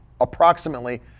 approximately